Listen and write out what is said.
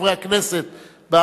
חברי הכנסת,